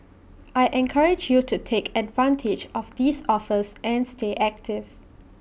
I encourage you to take advantage of these offers and stay active